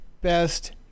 best